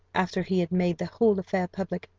after he had made the whole affair public,